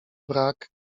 brak